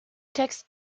text